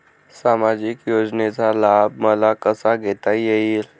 सामाजिक योजनेचा लाभ मला कसा घेता येईल?